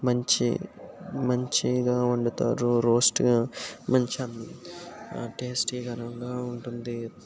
మంచి మంచిగా వండుతారు రోస్ట్గా మంచి టేస్టీకరంగా ఉంటుంది